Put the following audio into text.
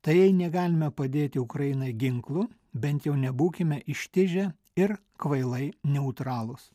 tai jei negalime padėti ukrainai ginklu bent jau nebūkime ištižę ir kvailai neutralūs